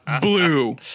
blue